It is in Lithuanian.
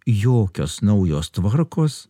jokios naujos tvarkos